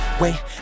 wait